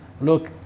Look